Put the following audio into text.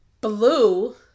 Blue